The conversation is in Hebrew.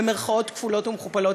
במירכאות כפולות ומכופלות,